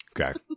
Okay